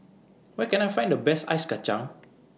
Where Can I Find The Best Ice Kachang